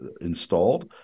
installed